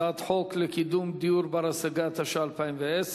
הצעת חוק לקידום דיור בר-השגה, התשע"א 2010,